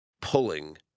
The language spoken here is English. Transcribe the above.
pulling